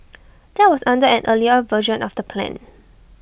that was under an earlier version of the plan